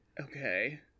Okay